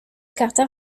carter